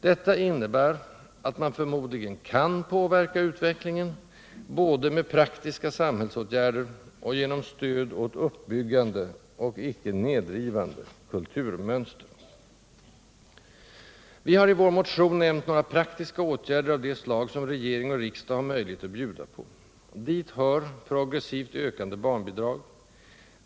Detta innebär att man förmodligen kan påverka utvecklingen både med praktiska samhällsåtgärder och genom stöd åt uppbyggande — och icke nedrivande — kulturmönster. Vi har i vår motion nämnt några praktiska åtgärder av det slag som regering och riksdag har möjlighet att bjuda på. Dit hör progressivt ökande barnbidrag.